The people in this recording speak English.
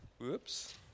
whoops